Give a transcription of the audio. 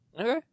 Okay